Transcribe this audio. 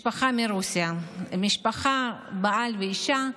משפחה מרוסיה, משפחה, בעל ואישה,